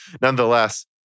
nonetheless